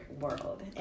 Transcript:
world